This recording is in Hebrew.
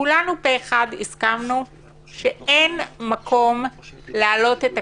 כולנו פה אחד הסכמנו שאין מקום להעלות את הקנס.